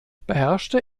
beherrschte